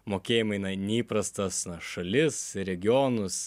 mokėjimai na neįprasta na šalis regionus